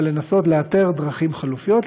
אבל לנסות לאתר חלופיות,